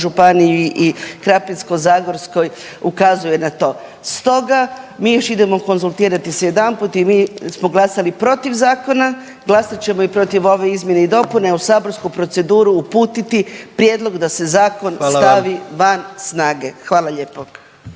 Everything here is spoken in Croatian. županiji i Krapinsko-zagorskoj ukazuje na to. Stoga mi još idemo konzultirati se jedanput i mi smo glasali protiv zakona, glasat ćemo i protiv ove izmjene i dopune i u saborsku proceduru uputiti da se zakon stavi van snage. Hvala lijepo.